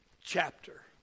chapter